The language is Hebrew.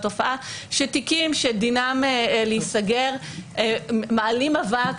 התופעה שתיקים שדינם להיסגר מעלים אבק